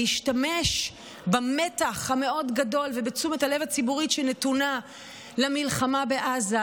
להשתמש במתח המאוד-גדול ובתשומת הלב הציבורית שנתונה למלחמה בעזה,